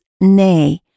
nay